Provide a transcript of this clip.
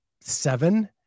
seven